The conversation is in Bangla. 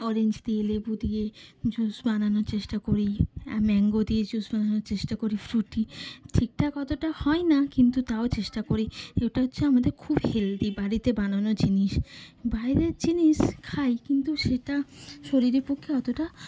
অরেঞ্জ দিয়ে লেবু দিয়ে জুস বানানোর চেষ্টা করি আর ম্যাঙ্গো দিয়ে জুস বানানোর চেষ্টা করি ফ্রুটি ঠিক ঠাক অতোটা হয় না কিন্তু তাও চেষ্টা করি এটা হচ্ছে আমদের খুব হেলদি বাড়িতে বানানো জিনিস বাইরের জিনিস খাই কিন্তু সেটা শরীরের পক্ষে অতোটা